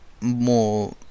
more